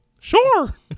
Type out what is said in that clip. Sure